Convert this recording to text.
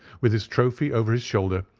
with this trophy over his shoulder,